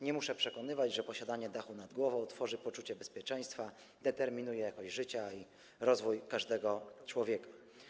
Nie muszę przekonywać, że posiadanie dachu nad głową tworzy poczucie bezpieczeństwa, determinuje jakość życia i rozwój każdego człowieka.